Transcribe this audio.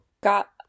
got